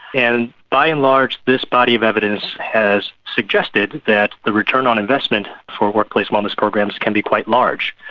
and by and large this body of evidence has suggested that the return on investment for workplace wellness programs can be quite large.